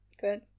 good